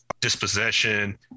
dispossession